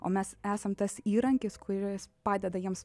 o mes esam tas įrankis kuris padeda jiems